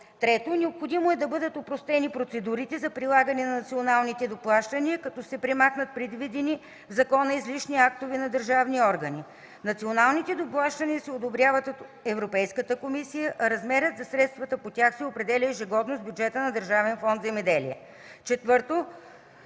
3. Необходимо е да бъдат опростени процедурите за прилагане на националните доплащания, като се премахнат предвидени в закона излишни актове на държавни органи. Националните доплащания се одобряват от Европейската комисия, а размерът на средствата по тях се определя ежегодно с бюджета на Държавен фонд „Земеделие”. 4.